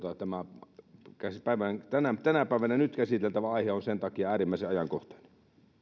tämä tänä päivänä käsiteltävä aihe on sen takia äärimmäisen ajankohtainen